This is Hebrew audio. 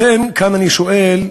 לכן, כאן אני שואל: